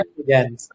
Again